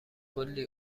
کلی